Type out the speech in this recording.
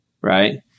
right